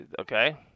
okay